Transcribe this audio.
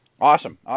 awesome